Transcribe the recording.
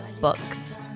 books